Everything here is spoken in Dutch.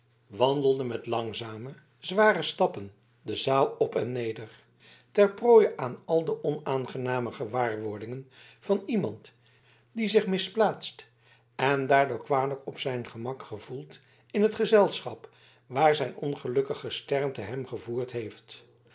wandelde met langzame zware stappen de zaal op en neder ter prooie aan al de onaangename gewaarwordingen van iemand die zich misplaatst en daardoor kwalijk op zijn gemak gevoelt in het gezelschap waar zijn ongelukkig gesternte hem gevoerd heeft